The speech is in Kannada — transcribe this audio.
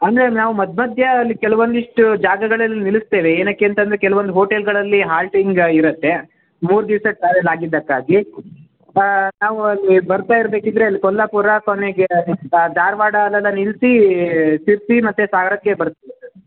ಅಂದರೆ ನಾವು ಮಧ್ಯ ಮಧ್ಯ ಅಲ್ಲಿ ಕೆಲವೊಂದಿಷ್ಟು ಜಾಗಗಳಲ್ಲಿ ನಿಲ್ಲಿಸ್ತೇವೆ ಏನಕ್ಕೆ ಅಂತಂದರೆ ಕೆಲವೊಂದು ಹೋಟೆಲ್ಗಳಲ್ಲಿ ಹಾಲ್ಟಿಂಗ್ ಇರುತ್ತೆ ಮೂರು ದಿವ್ಸದ ಟ್ರಾವೆಲ್ ಆಗಿದ್ದಕ್ಕಾಗಿ ನಾವು ಅಲ್ಲಿ ಬರ್ತಾ ಇರ್ಬೇಕಿದ್ದರೆ ಅಲ್ಲಿ ಕೊಲ್ಲಾಪುರ ಕೊನೆಗೆ ಧಾರವಾಡ ಅಲ್ಲೆಲ್ಲ ನಿಲ್ಲಿಸಿ ಶಿರಸಿ ಮತ್ತೆ ಸಾಗರಕ್ಕೆ ಬರ್ತದೆ ಸರ್